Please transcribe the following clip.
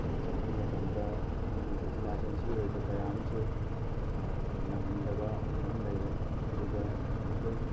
ꯆꯠꯄ ꯃꯇꯝꯗ ꯑꯩꯈꯣꯏ ꯏꯃꯥꯔꯖꯦꯟꯁꯤ ꯑꯣꯏꯕ ꯀꯌꯥ ꯑꯃꯁꯨ ꯅꯪꯍꯟꯗꯕ ꯃꯌꯥꯝ ꯑꯃ ꯂꯩꯔꯦ ꯑꯗꯨꯒ ꯑꯩꯈꯣꯏ